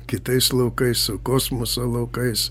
kitais laukais su kosmoso laukais